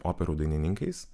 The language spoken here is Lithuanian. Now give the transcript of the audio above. operų dainininkais